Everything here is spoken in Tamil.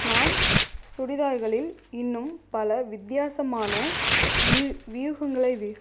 நான் சுடிதார்களில் இன்னும் பல வித்தியாசமான வி வியூகங்களை வை